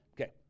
Okay